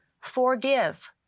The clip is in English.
Forgive